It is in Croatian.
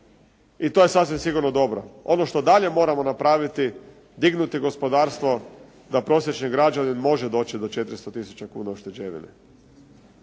i to je sasvim sigurno dobro. Ono što dalje moramo napraviti, dignuti gospodarstvo da prosječni građanin može doći do 400 tisuća kuna ušteđevine.